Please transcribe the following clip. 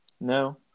No